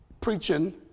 preaching